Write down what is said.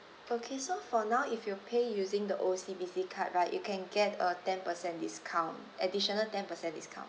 okay so for now if you pay using the O_C_B_C card right you can get a ten percent discount additional ten percent discount